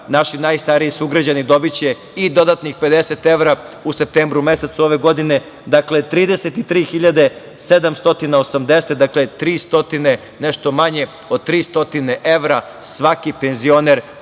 naši najstariji sugrađani dobiće i dodatnih 50 evra u septembru mesecu ove godine, dakle, 33.780, nešto manje od 300 evra svaki penzioner